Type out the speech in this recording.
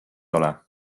ole